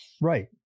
Right